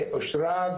אושרה,